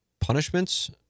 punishments